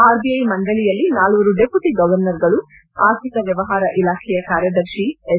RBI ಮಂಡಲಿಯಲ್ಲಿ ನಾಲ್ವರು deputy ಗವರ್ನರ್ಗಳು ಆರ್ಥಿಕ ವ್ಯವಹಾರ ಇಲಾಖೆಯ ಕಾರ್ಯದರ್ಶಿ ಎಸ್